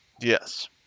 Yes